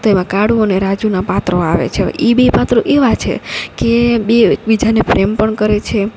તો એમાં કાળું અને રાજુના પાત્રો આવે છે ઈ બે પાત્રો એવા છે કે બે એકબીજાને પ્રેમ પણ કરે છે